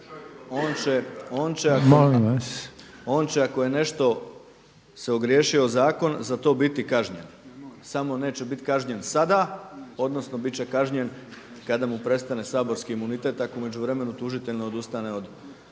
on će ako je nešto se ogriješio o zakon za to biti kažnjen, samo neće biti kažnjen sada odnosno bit će kažnjen kada mu prestane saborski imunitet ako u međuvremenu tužitelj ne odustane od